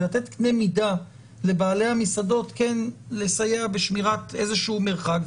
זה לתת קנה מידה לבעלי המסעדות לסייע בשמירת איזשהו מרחק,